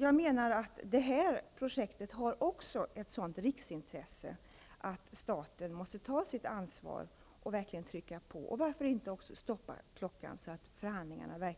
Jag menar att även det här projektet är ett riksintresse, så att staten måste ta sitt ansvar och verkligen trycka på. Varför inte stoppa klockan, så att förhandlingarna